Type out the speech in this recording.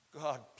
God